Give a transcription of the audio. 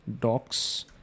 docs